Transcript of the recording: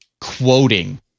quoting